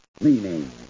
cleaning